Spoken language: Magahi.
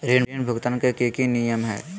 ऋण भुगतान के की की नियम है?